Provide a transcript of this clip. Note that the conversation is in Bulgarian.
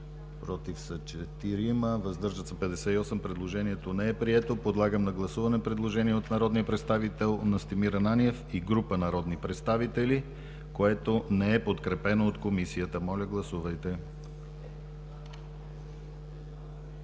против 4, въздържали се 58. Предложението не е прието. Подлагам на гласуване предложение от народния представител Настимир Ананиев и група народни представители, което не е подкрепено от Комисията. Моля, гласувайте. Гласували